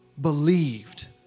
believed